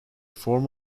form